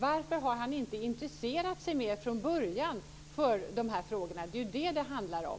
Varför har han inte intresserat sig mer för de här frågorna från början? Det är vad det handlar om.